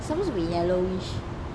supposed to be yellowish